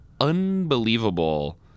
unbelievable